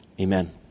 amen